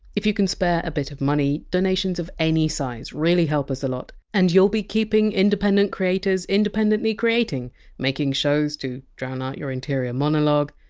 if you can spare a bit of money, donations of any size really help us a lot, and you! ll be keeping independent creators independently creating making shows to drown out your interior monologue,